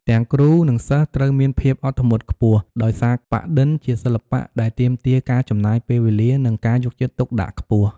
ទាំងគ្រូ និងសិស្សត្រូវមានភាពអត់ធ្មត់ខ្ពស់ ដោយសារប៉ាក់-ឌិន ជាសិល្បៈដែលទាមទារការចំណាយពេលវេលា និងការយកចិត្តទុកដាក់ខ្ពស់។